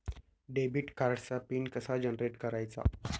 Debit कार्डचा pin कसा generate करायचा?